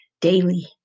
daily